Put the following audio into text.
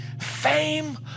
fame